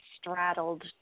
straddled